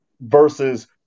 versus